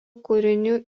kūrinių